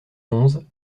onze